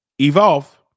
Evolve